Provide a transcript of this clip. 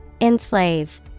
enslave